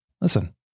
listen